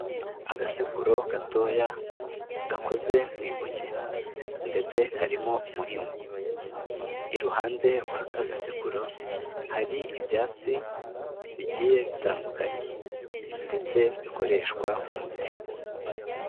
Agasekuro gatoya gakoze mu ibuye ndetse karimo umuhini, iruhande rw'aka gasekuro hari ibyatsi bigiye bitandukanye ndetse bikoreshwa nk'umuti.